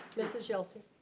mrs. yelsey.